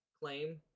claim